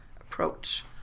approach